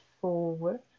forward